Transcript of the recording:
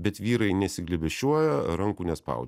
bet vyrai nesiglėbesčiuoja rankų nespaudžia